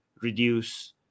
reduce